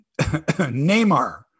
Neymar